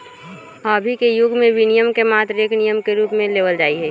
अभी के युग में विनियमन के मात्र एक नियम के रूप में लेवल जाहई